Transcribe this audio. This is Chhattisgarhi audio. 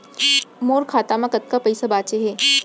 मोर खाता मा कतका पइसा बांचे हे?